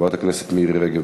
חברת הכנסת מירי רגב.